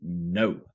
No